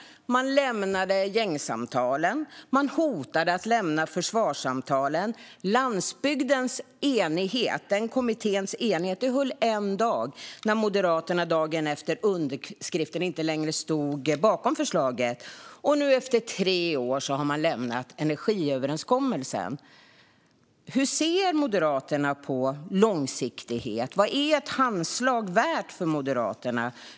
Man lämnade gängsamtalen. Man hotade att lämna försvarssamtalen. Landsbygdskommitténs enighet höll i en dag eftersom Moderaterna dagen efter underskriften inte längre stod bakom förslaget. Och nu har man efter tre år lämnat energiöverenskommelsen. Hur ser Moderaterna på långsiktighet? Vad är ett handslag värt för Moderaterna?